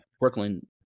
Brooklyn